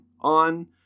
on